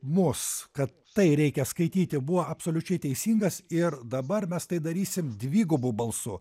mus kad tai reikia skaityti buvo absoliučiai teisingas ir dabar mes tai darysim dvigubu balsu